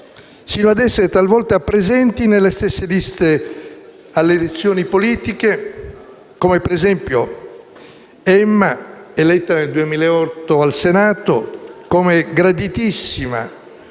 sino ad essere talvolta presenti nelle stesse liste nelle elezioni politiche, come per esempio Emma, eletta nel 2008 al Senato come graditissima